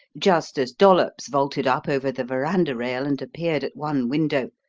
just as dollops vaulted up over the verandah rail and appeared at one window,